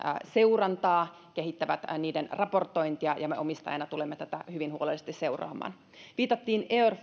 seurantaa kehittävät niiden raportointia ja me omistajana tulemme tätä hyvin huolellisesti seuraamaan viitattiin air